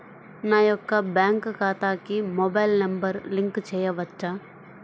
నా యొక్క బ్యాంక్ ఖాతాకి మొబైల్ నంబర్ లింక్ చేయవచ్చా?